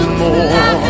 more